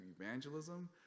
evangelism